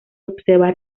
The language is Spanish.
observar